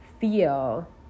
feel